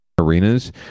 arenas